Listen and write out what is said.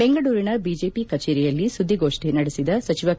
ಬೆಂಗಳೂರಿನ ಬಿಜೆಪಿ ಕಚೇರಿಯಲ್ಲಿ ಸುದ್ದಿಗೋಷ್ಠಿ ನಡೆಸಿದ ಸಚಿವ ಕೆ